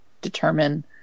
determine